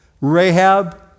Rahab